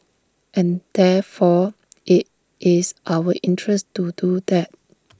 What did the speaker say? and therefore IT is our interest to do that